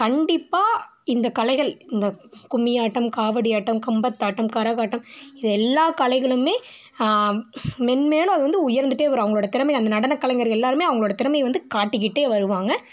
கண்டிப்பாக இந்த கலைகள் இந்த கும்மி ஆட்டம் காவடி ஆட்டம் கம்பத்தாட்டம் கரகாட்டம் இது எல்லா கலைகளுமே மென்மேலும் அது வந்து உயர்ந்துட்டே வரும் அவங்களோடய திறமை அந்த நடனக் கலைஞர்கள் எல்லோருமே அவங்களோட திறமையை வந்து காட்டிக்கிட்டே வருவாங்க